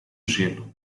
gelo